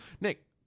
Nick